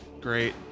great